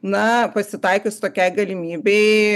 na pasitaikius tokiai galimybei